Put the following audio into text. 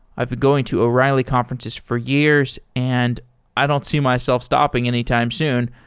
i've been going to o'reilly conferences for years and i don't see myself stopping anytime soon,